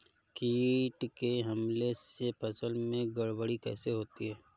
कीट के हमले से फसल में गड़बड़ी कैसे होती है?